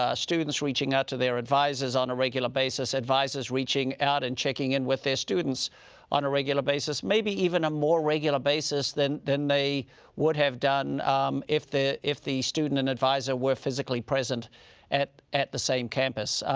ah students reaching out to their advisors on a regular basis, advisors reaching out and checking in with their students on a regular basis, maybe even a more regular basis than than they would have done if the if the student and advisor were physically present at at the same campus.